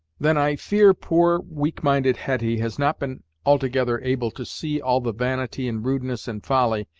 then, i fear, poor, weak-minded hetty has not been altogether able to see all the vanity, and rudeness and folly,